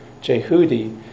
Jehudi